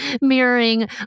mirroring